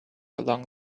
along